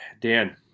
Dan